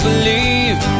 Believe